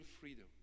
freedom